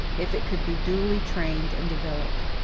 if it could be duly trained and developed.